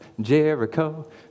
Jericho